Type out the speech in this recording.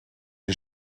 die